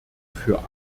für